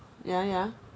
ya ya